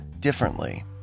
differently